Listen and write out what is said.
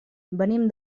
venim